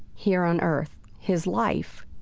here on earth, his life,